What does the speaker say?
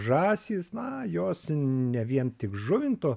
žąsys na jos ne vien tik žuvinto